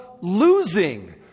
losing